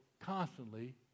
constantly